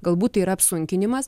galbūt tai yra apsunkinimas